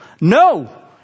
No